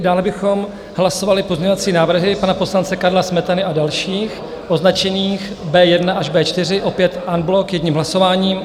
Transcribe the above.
Dále bychom hlasovali pozměňovací návrhy pana poslance Karla Smetany a dalších označené B1 až B4, opět en bloc jedním hlasováním.